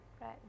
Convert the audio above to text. right